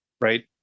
right